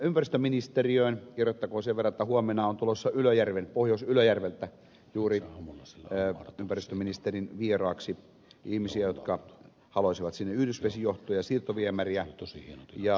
kerrottakoon sen verran että huomenna on tulossa pohjois ylöjärveltä juuri ympäristöministerin vieraaksi ihmisiä jotka haluaisivat sinne yhdysvesijohtoa ja siirtoviemäriä